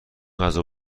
غذا